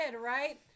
right